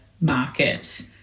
market